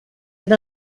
and